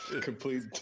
complete